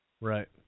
Right